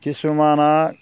किसुमाना